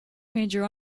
major